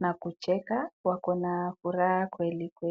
na kucheka wakona furaha kweli kweli.